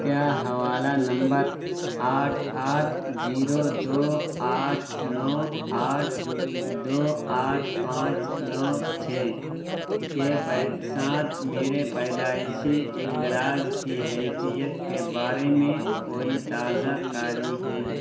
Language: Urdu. کیا حوالہ نمبر آٹھ آٹھ جیرو دو آٹھ نو آٹھ دو آٹھ پانچ نو چھ کے ساتھ میرے پیدائشی اندراج کی حیثیت کے بارے میں کوئی تازہ کاری ہے